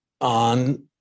on